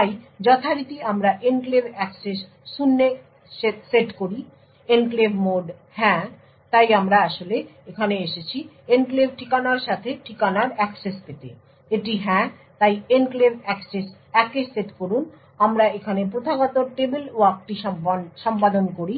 তাই যথারীতি আমরা এনক্লেভ অ্যাক্সেস শূন্যে সেট করি এনক্লেভ মোড হ্যাঁ তাই আমরা আসলে এখানে এসেছি এনক্লেভ ঠিকানার স্থানে ঠিকানার অ্যাক্সেস পেতে এটি হ্যাঁ তাই এনক্লেভ অ্যাক্সেস 1 এ সেট করুন আমরা এখানে প্রথাগত পৃষ্ঠা টেবিল ওয়াকটি সম্পাদন করি